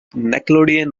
nickelodeon